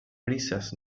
brisas